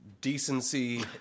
decency